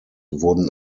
wurden